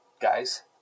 guys